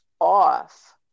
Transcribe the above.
off